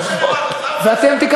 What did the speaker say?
לא משנה מה התוצאה,